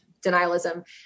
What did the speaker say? denialism